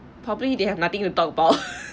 probably they have nothing to talk about